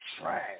trash